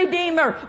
Redeemer